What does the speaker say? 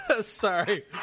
Sorry